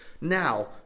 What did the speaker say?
now